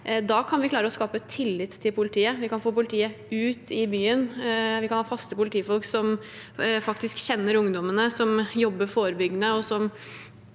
Da kan vi klare å skape tillit til politiet. Vi kan få politiet ut i byen. Vi kan ha faste politifolk som faktisk kjenner ungdommene, som jobber forebyggende,